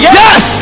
yes